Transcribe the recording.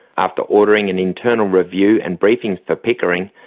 after ordering an internal review and briefings for pickering,